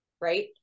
right